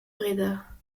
bréda